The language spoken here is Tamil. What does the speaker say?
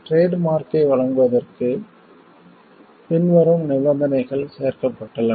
டிரேட் மார்க்யை வழங்குவதற்கு பின்வரும் நிபந்தனைகள் சேர்க்கப்பட்டுள்ளன